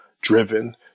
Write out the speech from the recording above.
driven